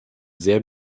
sehr